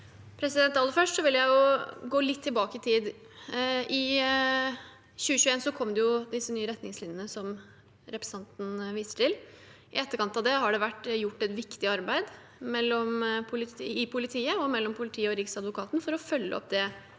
Aller først vil jeg gå litt tilbake i tid. I 2021 kom disse nye retningslinjene, som representanten viser til. I etterkant av det har det vært gjort et viktig arbeid i politiet og mellom politiet og Riksadvokaten for å følge opp det